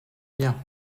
bien